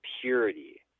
purity